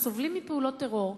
אנחנו סובלים מפעולות טרור,